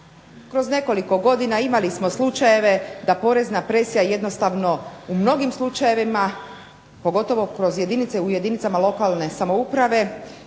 kroz nekoliko godina imali smo slučajeve da porezna presija jednostavno u mnogim slučajevima, pogotovo kroz jedinice, u jedinicama lokalne samouprave